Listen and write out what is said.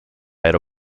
ero